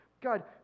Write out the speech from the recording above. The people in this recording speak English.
God